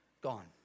gone